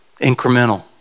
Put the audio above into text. incremental